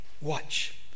Watch